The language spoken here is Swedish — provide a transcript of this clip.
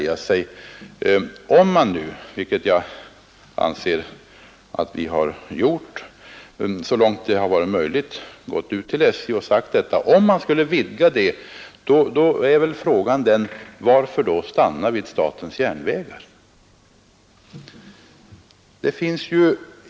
Ger man, vilket jag anser att vi har gjort så långt det varit möjligt, SJ föreskrifter om att iaktta återhållsamhet med indragningar är väl frågan varför man skall stanna vid SJ.